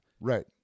right